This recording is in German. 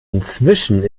inzwischen